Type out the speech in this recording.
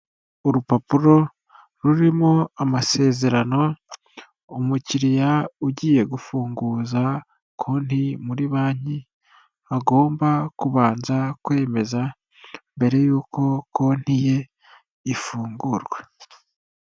Urupapuro rurimo amasezerano, umukiriya ugiye gufunguza konti muri banki agomba kubanza kwemeza mbere y'uko konti ye ifungurwa.